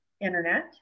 internet